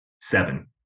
Seven